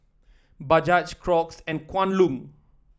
Bajaj Crocs and Kwan Loong